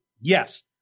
yes